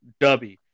dubby